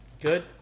good